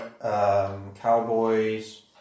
cowboys